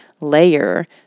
layer